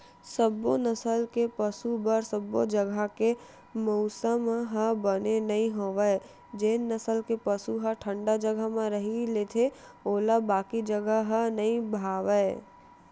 सबो नसल के पसु बर सबो जघा के मउसम ह बने नइ होवय जेन नसल के पसु ह ठंडा जघा म रही लेथे ओला बाकी जघा ह नइ भावय